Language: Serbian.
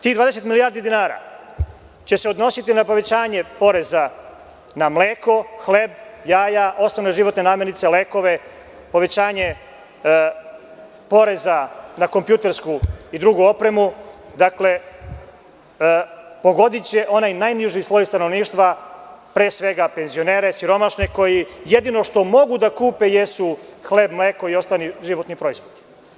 Tih 20 milijardi dinara će se odnositi na povećanje poreza na mleko, hleb, jaja, osnovne životne namirnice, lekove, povećanje poreza na kompjutersku i drugu opremu, dakle, pogodiće onaj najniži sloj stanovništva, pre svega, penzionere, siromašne, koji jedino što mogu da kupe jesu hleb, mleko i osnovni životni proizvodi.